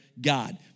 God